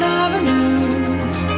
avenues